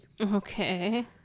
Okay